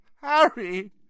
Harry